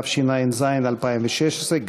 התשע"ז 2016,